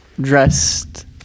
dressed